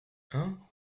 hein